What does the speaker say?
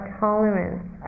tolerance